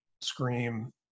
Scream